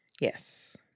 Yes